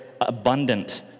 abundant